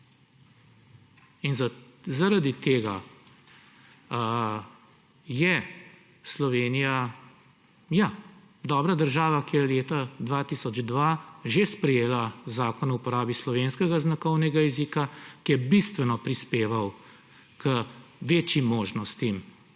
Zaradi tega je Slovenija, ja, dobra država, ki je leta 2002 že sprejela Zakon o uporabi slovenskega znakovnega jezika, ki je bistveno prispeval k večjim možnostim